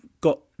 got